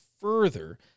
further